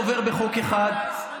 או שזה עובר בחוק אחד הצעה טובה.